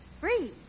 Free